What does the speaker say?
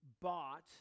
bought